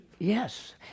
Yes